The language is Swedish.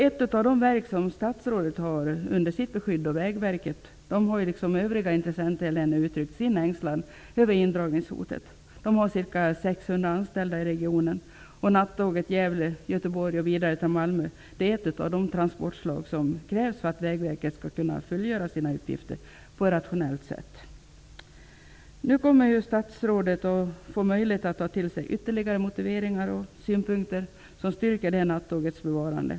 Ett av de verk som statsrådet har under sitt beskydd, Vägverket, har liksom övriga intressenter i länet uttryckt sin ängslan över indragningshotet. Göteborg och vidare till Malmö är ett av de transportslag som krävs för att Vägverket skall kunna fullgöra sina uppgifter på ett rationellt sätt. Nu kommer statsrådet att få möjlighet att ta till sig ytterligare motiveringar och synpunkter som styrker nattågets bevarande.